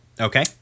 Okay